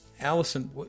Allison